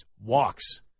walks